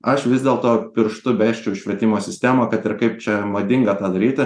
aš vis dėlto pirštu besčiau į švietimo sistemą kad ir kaip čia madinga tą daryti